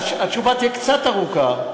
התשובה תהיה קצת ארוכה.